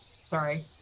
Sorry